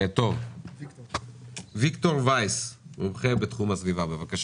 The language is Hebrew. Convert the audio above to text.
ויקטור וייס, מומחה בתחום הסביבה מטעם